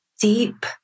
deep